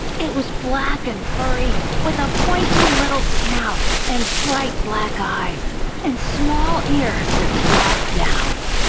it was black and furry, with a pointy little snout and bright black eyes and small ears that flopped down.